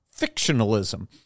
fictionalism